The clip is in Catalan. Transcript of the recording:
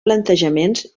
plantejaments